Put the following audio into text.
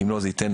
כי אם לא זה ייתן